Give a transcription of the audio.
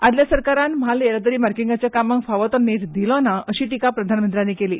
आदल्या सरकारानी माल येरादारी मार्गिकांच्या कामाक फाव तो नेट दिलोना अशीय टिका प्रधानमंत्र्यानी केली